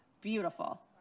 Beautiful